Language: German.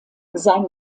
sein